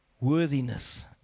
Worthiness